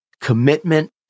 commitment